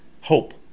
hope